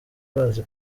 bazi